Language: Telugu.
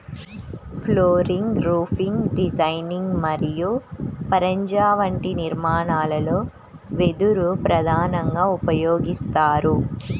ఫ్లోరింగ్, రూఫింగ్ డిజైనింగ్ మరియు పరంజా వంటి నిర్మాణాలలో వెదురు ప్రధానంగా ఉపయోగిస్తారు